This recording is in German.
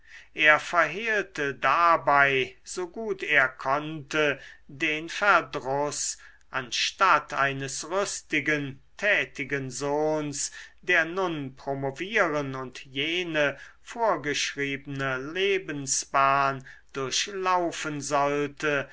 er verhehlte dabei so gut er konnte den verdruß anstatt eines rüstigen tätigen sohns der nun promovieren und jene vorgeschriebene lebensbahn durchlaufen sollte